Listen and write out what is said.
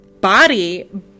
body